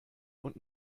und